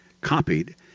copied